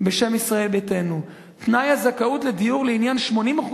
בשם ישראל ביתנו: "תנאי הזכאות לדיור לעניין 80%